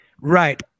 right